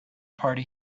party